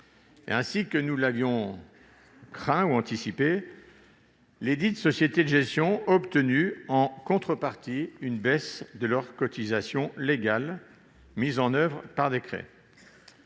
Ainsi que nous l'avions craint ou anticipé, lesdites sociétés de gestion ont obtenu en contrepartie une baisse de leurs cotisations légales, mise en oeuvre par décret.